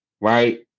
right